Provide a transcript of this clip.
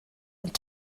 und